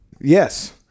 Yes